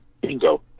bingo